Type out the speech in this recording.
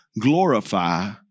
Glorify